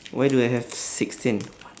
why do I have sixteen